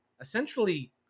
essentially